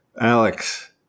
Alex